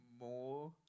more